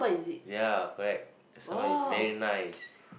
ya correct some more it's very nice